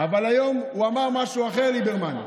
אבל היום הוא אמר משהו אחר, ליברמן.